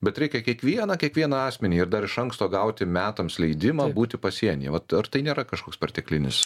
bet reikia kiekvieną kiekvieną asmenį ir dar iš anksto gauti metams leidimą būti pasienyje vat ar tai nėra kažkoks perteklinis